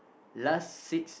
last seats